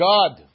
God